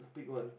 let's pick one